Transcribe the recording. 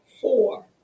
four